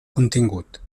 contingut